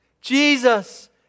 Jesus